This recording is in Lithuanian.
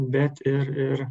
bet ir ir